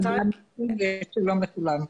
תודה ושלום לכולם.